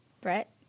Brett